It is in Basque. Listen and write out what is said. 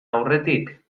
aurretik